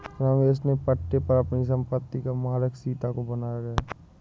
रमेश ने पट्टे पर अपनी संपत्ति का मालिक सीता को बनाया है